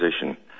position